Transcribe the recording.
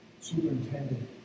superintendent